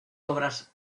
obras